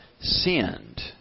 sinned